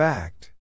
Fact